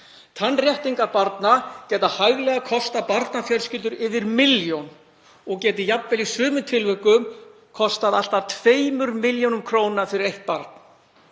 Tannréttingar barna geta hæglega kostað barnafjölskyldur yfir milljón og geta jafnvel í sumum tilvikum kostað allt að 2 millj. kr. fyrir eitt barn.